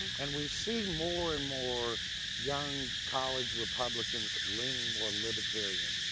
and we see more and more young college republicans leaning more libertarian.